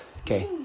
okay